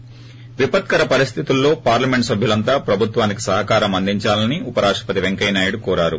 ి విపత్కర పరిస్థితిలో పార్లమెంట్ సభ్యులంతా ప్రభుత్వానికి సహకారం అందించాలని ఉపరాష్టపతి వెంకయ్యనాయుడు కోరారు